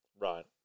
Right